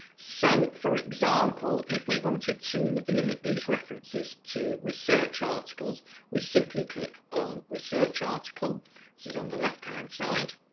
so for example if we wanted to limit these references to research articles we simply click on research article this is on the left hand side